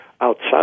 outside